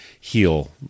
heal